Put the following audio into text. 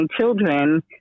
children